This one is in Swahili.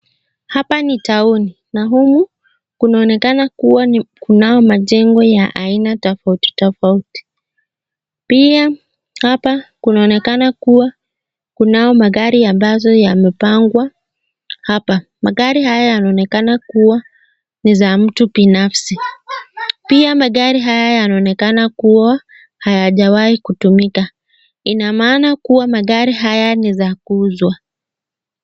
Hapa ni taoni na humu kunaonekana kuwa kuna hayo majengo ya aina tofauti tofauti. Pia hapa kunaonekana kuwa kuna hao magari ambazo yamepangwa hapa. Magari haya yanaonekana kuwa ni za mtu binafsi. Pia magari haya yanaonekana kuwa hayajawahi kutumika ina maana kuwa magari haya ni za kuuzwa.